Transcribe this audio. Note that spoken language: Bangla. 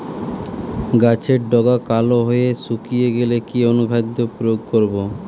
গাছের ডগা কালো হয়ে শুকিয়ে গেলে কি অনুখাদ্য প্রয়োগ করব?